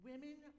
Women